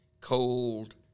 cold